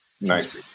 Nice